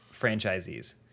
franchisees